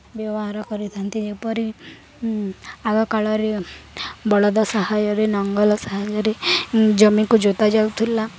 ବ୍ୟବହାର କରିଥାନ୍ତି ଯେପରି ଆଗ କାଳରେ ବଳଦ ସାହାଯ୍ୟରେ ନଙ୍ଗଳ ସାହାଯ୍ୟରେ ଜମିକୁ ଜୋତାଯାଉଥିଲା